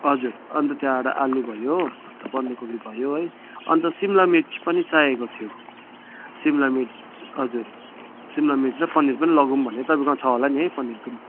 हजुर अन्त त्यहाँबाट आलु भयो अन्त बन्दकोपी भयो है अन्त सिमला मिर्च पनि चाहिएको थियो सिमला मिर्च हजुर सिमला मिर्च र पनिर पनि लगौँ भनेको तपाईँकोमा छ होला नि पनिर पनि